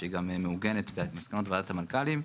שהיא גם מעוגנת במסכנות ועדת המנכ"לים,